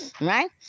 right